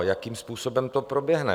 Jakým způsobem to proběhne?